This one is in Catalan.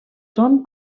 són